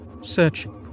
searching